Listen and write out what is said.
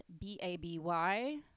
b-a-b-y